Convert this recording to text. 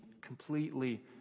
completely